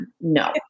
No